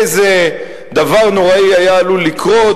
איזה דבר נוראי היה עלול לקרות,